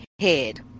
head